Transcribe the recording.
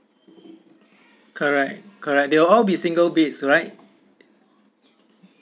correct correct they will all be single beds right